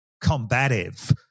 combative